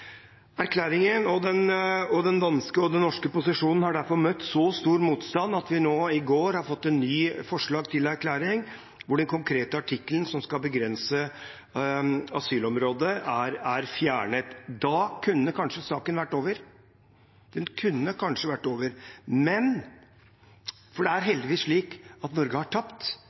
Erklæringen og den danske og den norske posisjonen har derfor møtt så stor motstand at vi i går fikk et nytt forslag til erklæring hvor den konkrete artikkelen som skal begrense asylområdet, er fjernet. Da kunne kanskje saken vært over – den kunne kanskje vært over. For det er heldigvis slik at Norge har tapt